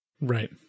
Right